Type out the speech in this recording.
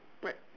right